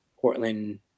Portland